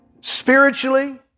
spiritually